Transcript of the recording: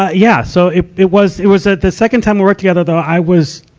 ah yeah, so it, it was, it was, ah, the second time we worked together though, i was,